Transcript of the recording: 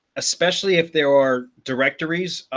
especially if there are directories.